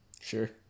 Sure